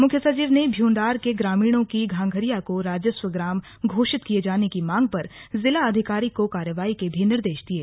मुख्य सचिव ने भ्यूडांर के ग्रामीणों की घांघरिया को राजस्व ग्राम घोषित किये जाने की मांग पर जिला अधिकारी को कार्रवाई के भी निर्देश दिये